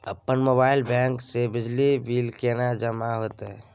अपन mobile banking से बिजली बिल केने जमा हेते?